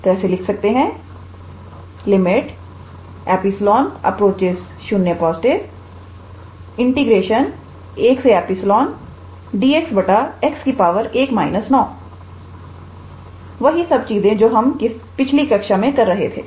तो ऐसे लिख सकते𝜖01𝜖𝑑𝑥 𝑥 1−𝑛 वही सब चीजें जो हम किसी कक्षा में कर रहे थे